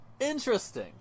Interesting